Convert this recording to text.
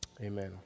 amen